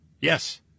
yes